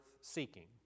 seeking